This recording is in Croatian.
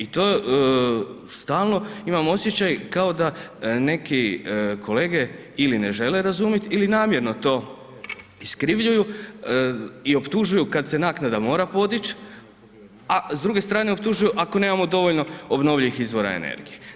E i to stalno imam osjećaj kao da neki kolege ili ne žele razumjeti ili namjerno to iskrivljuju i optužuju kada se naknada mora podići a s druge strane optužuju ako nemamo dovoljno obnovljivih izvora energije.